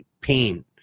pain